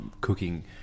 cooking